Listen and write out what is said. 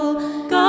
God